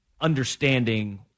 understanding